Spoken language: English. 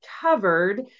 covered